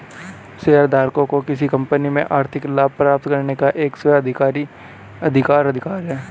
शेयरधारकों को किसी कंपनी से आर्थिक लाभ प्राप्त करने का एक स्व अधिकार अधिकार है